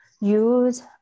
use